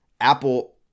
Apple